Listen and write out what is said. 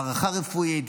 הערכה רפואית,